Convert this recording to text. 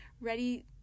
ready